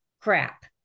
crap